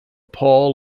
paul